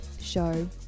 show